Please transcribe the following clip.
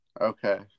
Okay